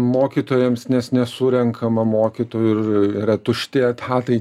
mokytojams nes nesurenkama mokytojų ir yra tušti etatai